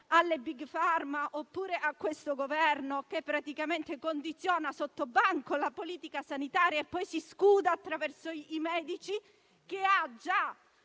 alle Big Pharma, o a questo Governo? È un Governo che condiziona sottobanco la politica sanitaria e poi si scuda attraverso i medici, che ha già